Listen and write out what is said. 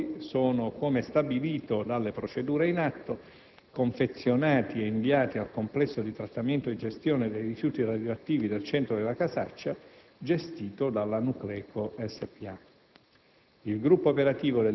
I rifiuti prodotti sono, come stabilito dalle procedure in atto, confezionati e inviati al complesso di trattamento e gestione dei rifiuti radioattivi del centro della Casaccia gestito dalla Nucleco Spa.